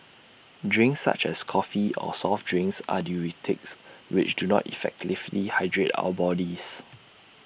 drinks such as coffee or soft drinks are diuretics which do not effectively hydrate our bodies